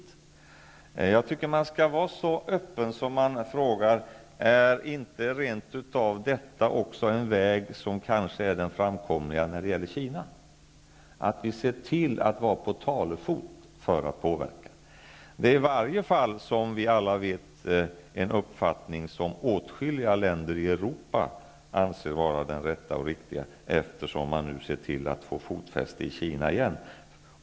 Jag tycker att man skall vara så öppen att man kan fråga om detta inte rent av är en väg som skulle kunna vara framkomlig även beträffande Kina -- att vi ser till att vara på talefot för att påverka. Det är i alla fall en uppfattning som åtskilliga länder i Europa anser vara den rätta, eftersom man nu ser till att få fotfäste i Kina igen.